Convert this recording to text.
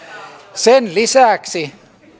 sen lisäksi